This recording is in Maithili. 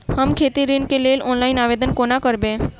हम खेती ऋण केँ लेल ऑनलाइन आवेदन कोना करबै?